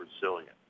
Brazilian